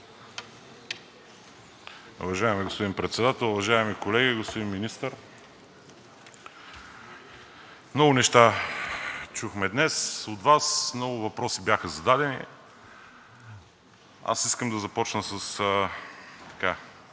много неща чухме днес от Вас, много въпроси бяха зададени. Аз искам да започна със